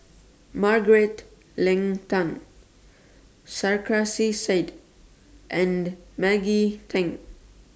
Margaret Leng Tan Sarkasi Said and Maggie Teng